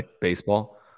baseball